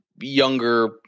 younger